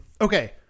okay